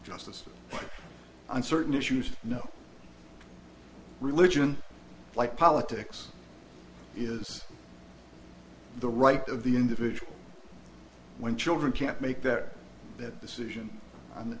just as on certain issues no religion like politics is the right of the individual when children can't make that decision